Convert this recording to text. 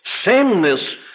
Sameness